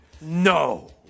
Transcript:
No